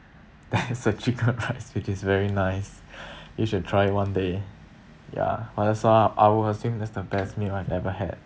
there is a chicken rice which is very nice you should try it one day ya but that's what I was thinking that's the best meal I've ever had